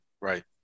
right